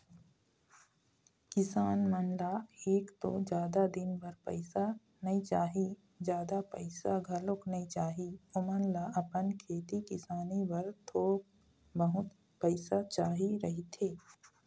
किसान मन ल एक तो जादा दिन बर पइसा नइ चाही, जादा पइसा घलोक नइ चाही, ओमन ल अपन खेती किसानी बर थोक बहुत पइसा चाही रहिथे